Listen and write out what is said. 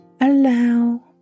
allow